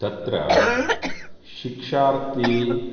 तत्र शिक्षार्थिः